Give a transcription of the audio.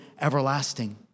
everlasting